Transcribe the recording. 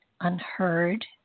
unheard